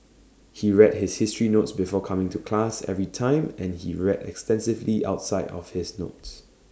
he read his history notes before coming to class every time and he read extensively outside of his notes